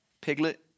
Piglet